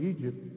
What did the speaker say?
Egypt